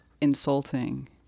insulting